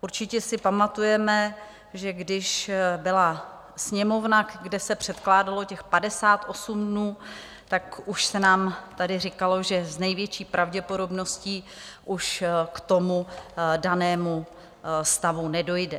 Určitě si pamatujeme, že když byla sněmovna, kde se předkládalo těch 58 dnů, tak už se nám tady říkalo, že s největší pravděpodobností už k tomu danému stavu nedojde.